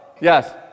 Yes